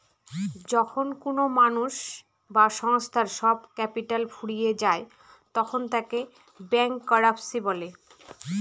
যখন কোনো মানুষ বা সংস্থার সব ক্যাপিটাল ফুরিয়ে যায় তখন তাকে ব্যাংকরাপসি বলে